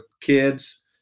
kids